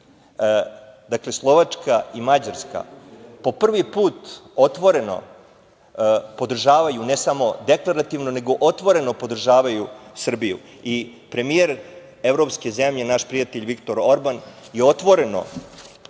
EU, Slovačka i Mađarska, po prvi put otvoreno podržavaju, ne samo deklarativno, nego otvoreno podržavaju Srbiju. Premijer evropske zemlje, naš prijatelj Viktor Orban je otvoreno